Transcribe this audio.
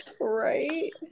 right